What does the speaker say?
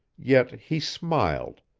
yet he smiled,